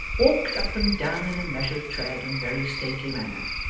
walked up and down in a measured tread and very stately manner,